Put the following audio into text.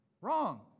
Wrong